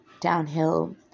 downhill